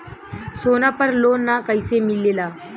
सोना पर loan कइसे मिलेला?